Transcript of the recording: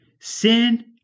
Sin